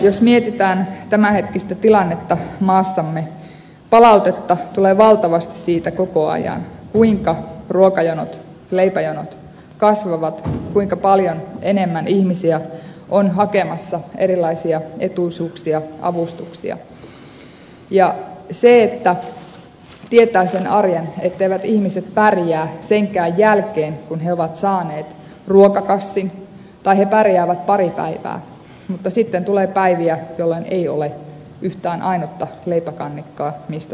jos mietitään tämänhetkistä tilannetta maassamme niin palautetta tulee valtavasti koko ajan siitä kuinka ruokajonot leipäjonot kasvavat kuinka paljon enemmän ihmisiä on hakemassa erilaisia etuisuuksia avustuksia ja tiedämme sen arjen etteivät ihmiset pärjää senkään jälkeen kun he ovat saaneet ruokakassin tai he pärjäävät pari päivää mutta sitten tulee päiviä jolloin ei ole yhtään ainutta leipäkannikkaa mistä suuhunsa laittaa